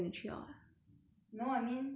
no I mean saturday night 出去